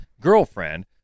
girlfriend